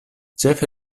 ĉefe